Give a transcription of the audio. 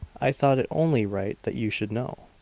i thought it only right that you should know.